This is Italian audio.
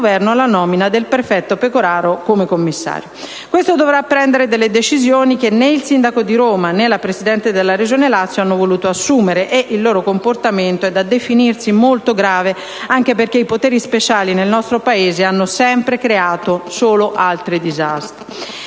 la nomina del prefetto Pecoraro come commissario. Questo dovrà prendere quelle decisioni che né il sindaco di Roma, né la presidente del Lazio, il cui comportamento è da definirsi molto grave, anche perché i poteri speciali nel nostro Paese hanno sempre creato solo altri disastri,